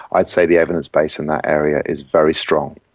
i'd say the evidence base in that area is very strong.